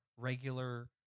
regular